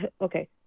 okay